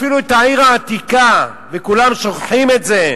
ואפילו שהעיר העתיקה, וכולם שוכחים את זה,